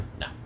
No